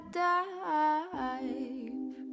dive